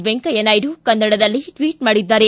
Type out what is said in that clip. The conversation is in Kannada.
ವೆಂಕಯ್ಯ ನಾಯ್ದು ಕನ್ನಡದಲ್ಲೇ ಟ್ವಟ್ ಮಾಡಿದ್ದಾರೆ